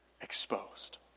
exposed